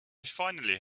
finally